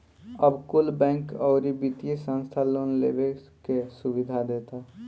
अब कुल बैंक, अउरी वित्तिय संस्था लोन लेवे के सुविधा देता